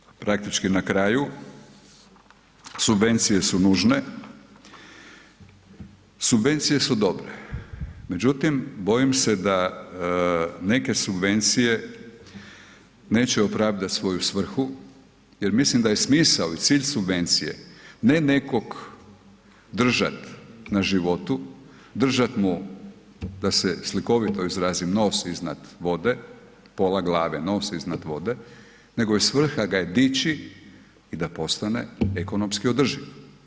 Nadalje, praktički na kraju, subvencije su nužne, subvencije su dobre međutim bojim se da neke subvencije neće opravdat svoju svrhu jer mislim da je smisao i cilj subvencije ne nekog držat na životu, držat mu da se slikovito izrazim, nos iznad vode, pola glave, nos iznad vode, nego vrha ga je dići i da postane ekonomski održiv.